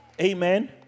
Amen